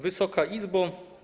Wysoka Izbo!